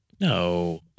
No